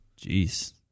Jeez